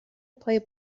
پای